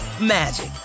magic